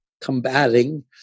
combating